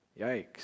Yikes